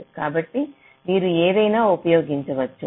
కాబట్టి మీరు ఏదైనా ఉపయోగించవచ్చు